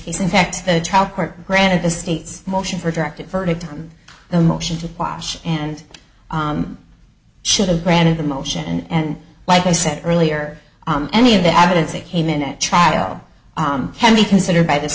case in fact the trial court granted the state's motion for directed verdict on the motion to quash and should have granted the motion and like i said earlier on any of the evidence that came in at trial can be considered by this